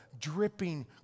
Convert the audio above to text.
dripping